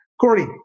Corey